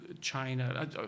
China